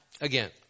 again